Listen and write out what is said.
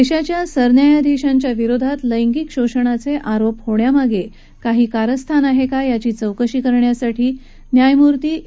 दशीच्या सरन्यायाधीशांच्या विरोधात लैंगिक शोषणाच आरोप होण्यामागक्काही कारस्थान आहक्का याची चौकशी करण्यासाठी न्यायमूर्ती ए